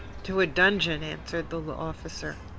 to a dungeon, answered the officer.